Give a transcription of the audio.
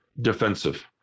defensive